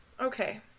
Okay